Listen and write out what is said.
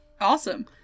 Awesome